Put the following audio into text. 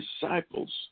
disciples